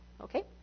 Okay